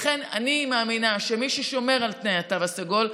לכן אני מאמינה שמי ששומר על תנאי התו הסגול,